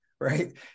Right